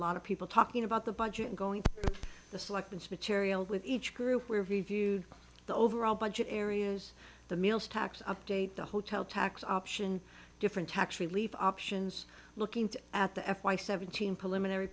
lot of people talking about the budget and going to the selections material with each group we have reviewed the overall budget areas the meals tax update the hotel tax option different tax relief options looking at the f y seventeen pul